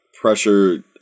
pressure